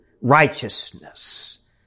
righteousness